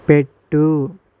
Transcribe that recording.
పెట్టు